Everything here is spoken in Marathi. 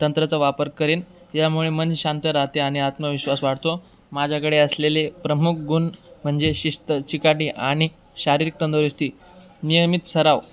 तंत्राचा वापर करीन यामुळे मन शांत राहते आणि आत्मविश्वास वाढतो माझ्याकडे असलेले प्रमुख गुण म्हणजे शिस्त चिकाटी आणि शारीरिक तंदुरुस्ती नियमित सराव